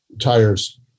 Tires